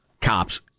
cops